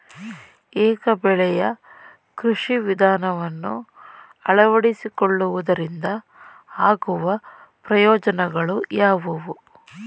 ಏಕ ಬೆಳೆಯ ಕೃಷಿ ವಿಧಾನವನ್ನು ಅಳವಡಿಸಿಕೊಳ್ಳುವುದರಿಂದ ಆಗುವ ಪ್ರಯೋಜನಗಳು ಯಾವುವು?